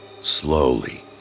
Slowly